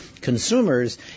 consumers